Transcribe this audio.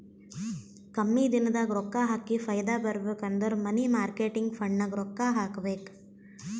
ಕಮ್ಮಿ ದಿನದಾಗ ರೊಕ್ಕಾ ಹಾಕಿ ಫೈದಾ ಬರ್ಬೇಕು ಅಂದುರ್ ಮನಿ ಮಾರ್ಕೇಟ್ ಫಂಡ್ನಾಗ್ ರೊಕ್ಕಾ ಹಾಕಬೇಕ್